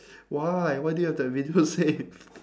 why why do you have that video saved